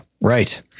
right